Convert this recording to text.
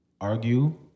argue